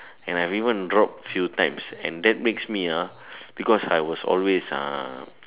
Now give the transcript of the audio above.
and I've even drop few times and that makes me ah because I was also ah